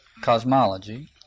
cosmology